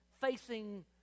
facing